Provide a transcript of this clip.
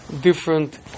different